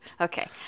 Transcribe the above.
okay